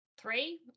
three